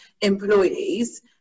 employees